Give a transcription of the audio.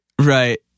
Right